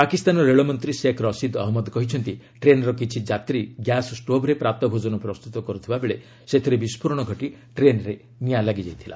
ପାକିସ୍ତାନ ରେଳମନ୍ତ୍ରୀ ସେକ୍ ରସିଦ୍ ଅହମ୍ମଦ କହିଛନ୍ତି ଟ୍ରେନ୍ର କିଛି ଯାତ୍ରୀ ଗ୍ୟାସ୍ ଷ୍ଟୋଭ୍ରେ ପ୍ରାତଃ ଭୋଜନ ପ୍ରସ୍ତୁତ କରୁଥିବାବେଳେ ସେଥିରେ ବିସ୍କୋରଣ ଘଟି ଟ୍ରେନ୍ରେ ନିଆଁ ଲାଗିଯାଇଥିଲା